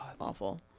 awful